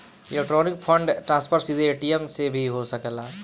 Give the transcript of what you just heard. electronic fund transfer सीधे ATM से भी हो सकेला